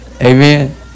amen